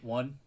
one